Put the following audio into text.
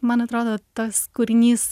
man atrodo tas kūrinys